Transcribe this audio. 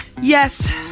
yes